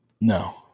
No